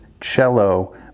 cello